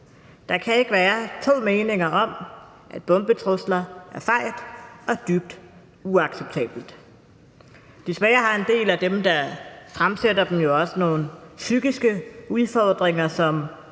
Der kan ikke være to meninger om, at bombetrusler er fejt og dybt uacceptabelt. Desværre har en del af dem, der fremsætter dem, jo også nogle psykiske udfordringer,